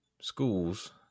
schools—